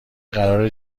قرار